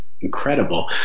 incredible